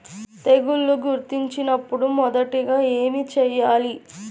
తెగుళ్లు గుర్తించినపుడు మొదటిగా ఏమి చేయాలి?